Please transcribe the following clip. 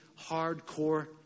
hardcore